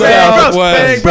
Southwest